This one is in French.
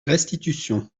restitution